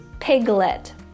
Piglet